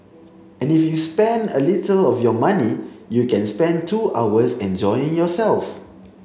and if you spend a little of your money you can spend two hours enjoying yourself